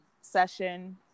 session